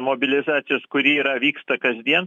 mobilizacijos kuri yra vyksta kasdien